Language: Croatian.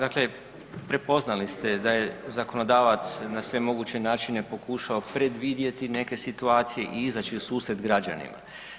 Dakle, prepoznali ste da je zakonodavac na sve moguće načine pokušao predvidjeti neke situacije i izaći u susret građanima.